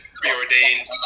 preordained